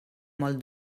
molt